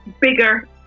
bigger